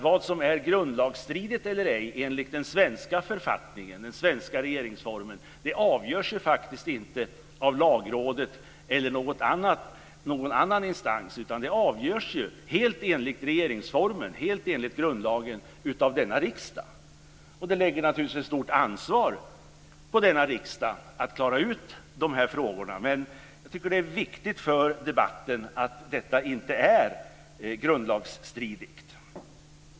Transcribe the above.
Vad som är grundlagsstridigt eller ej enligt den svenska författningen, den svenska regeringsformen, avgörs ju faktiskt inte av Lagrådet eller någon annan instans, utan det avgörs helt, enligt grundlagen, av denna riksdag. Det lägger naturligtvis ett stort ansvar på denna riksdag att klara ut de här frågorna. Men jag tycker att det är viktigt för debatten att understryka att detta inte är grundlagsstridigt.